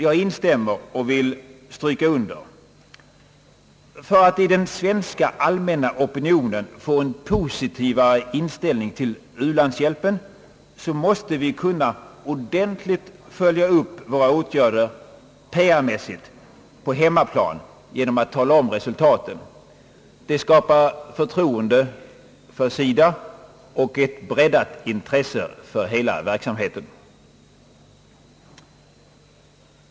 Jag instämmer och vill stryka under: För att i den svenska allmänna opinionen få en positivare inställning till u-landshjälpen måste vi kunna ordentligt följa upp våra åtgärder PR mässigt på hemmaplan genom att tala om resultaten. Det skapar förtroende för SIDA och ett breddat intresse för hela verksamheten.